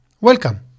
Welcome